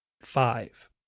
five